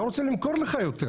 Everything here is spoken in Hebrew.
לא רוצה למכור לך יותר.